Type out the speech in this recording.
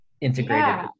integrated